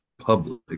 public